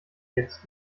jetzt